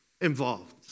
involved